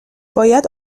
باید